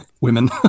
women